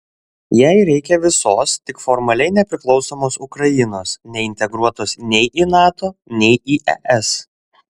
jai reikia visos tik formaliai nepriklausomos ukrainos neintegruotos nei į nato nei į es